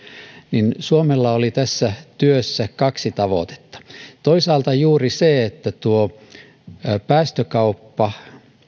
niin suomella oli tässä työssä kaksi tavoitetta toisaalta juuri se että päästökauppa